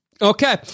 Okay